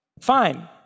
fine